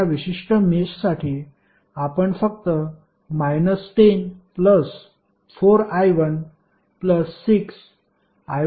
या विशिष्ट मेषसाठी आपण फक्त 10 4i16 0 लिहाल